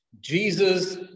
Jesus